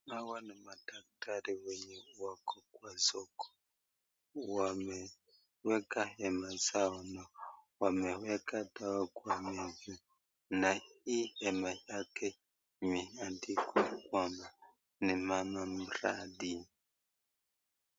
Hawa ni madaktari wenye wako kwa soko, wameweka hema zao na wameweka dawa kwa meza na hii hema yake imeandikwa kwa maneno maridadi.